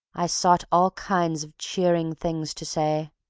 i sought all kinds of cheering things to say.